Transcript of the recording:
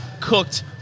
cooked